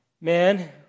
Man